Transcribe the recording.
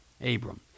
Abram